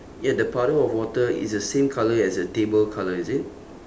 ya the puddle of water is the same colour as the table colour is it